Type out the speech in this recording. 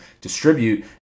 distribute